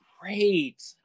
great